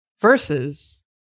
versus